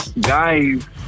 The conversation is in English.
Guys